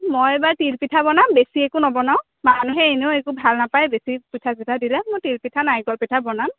মই এইবাৰ তিলপিঠা বনাম বেছি একো নবনাওঁ মানুহে এনেও একো ভাল নাপায় বেছি পিঠা চিঠা দিলে মই তিলপিঠা নাৰিকল পিঠা বনাম